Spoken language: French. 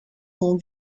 mon